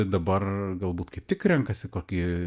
dabar galbūt kaip tik renkasi kokį